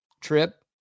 trip